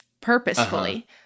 purposefully